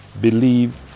believe